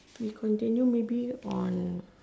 we continue maybe on